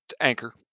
Anchor